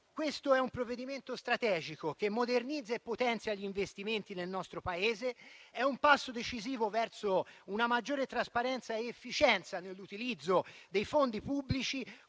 questo è un provvedimento strategico che modernizza e potenzia gli investimenti nel nostro Paese, è un passo decisivo verso una maggiore trasparenza ed efficienza nell'utilizzo dei fondi pubblici,